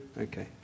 Okay